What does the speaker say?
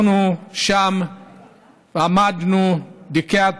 אנחנו עמדנו שם דקת